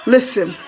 Listen